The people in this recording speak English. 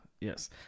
Yes